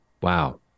Wow